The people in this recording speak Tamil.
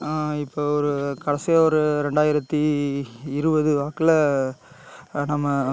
இப்போ ஒரு கடைசியாக ஒரு ரெண்டாயிரத்து இருபது வாக்கில நம்ம